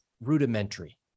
rudimentary